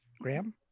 graham